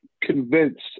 convinced